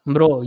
Bro